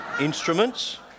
instruments